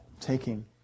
taking